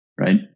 right